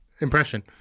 impression